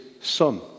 son